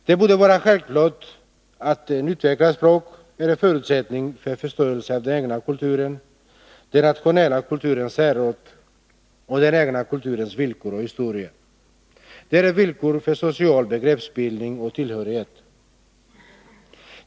Det borde vara självklart att ett utvecklat språk är en förutsättning för förståelse av den egna kulturen, den nationella kulturens särart och den egna kulturens villkor och historia. Det är ett villkor för social begreppsbildning och tillhörighet.